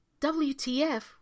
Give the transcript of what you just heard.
WTF